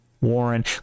Warren